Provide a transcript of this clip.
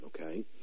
okay